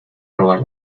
robar